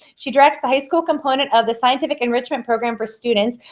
she directs the high school component of the scientific enrichment program for students,